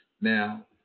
Now